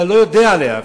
אתה לא יודע עליה אפילו,